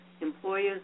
employers